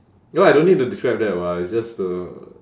ya lor I don't need to describe that [what] it's just to